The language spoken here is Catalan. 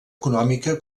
econòmica